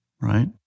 right